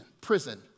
prison